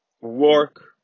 work